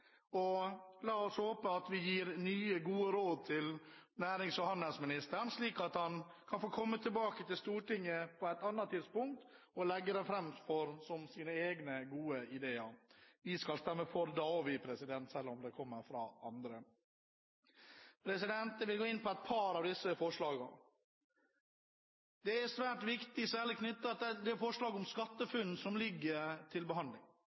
sak. La oss håpe at vi gir nye, gode råd til nærings- og handelsministeren, slik at han kan få komme tilbake til Stortinget på et annet tidspunkt og legge det fram som sine egne gode ideer. Vi skal stemme for da også, selv om det kommer fra andre. Jeg vil gå inn på et par av disse forslagene. Forslaget om SkatteFUNN som ligger til behandling, er svært viktig. Det